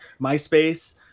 Myspace